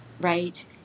right